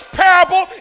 parable